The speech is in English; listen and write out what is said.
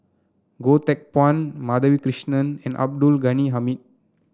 Goh Teck Phuan Madhavi Krishnan and Abdul Ghani Hamid